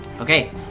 Okay